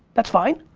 that's fine.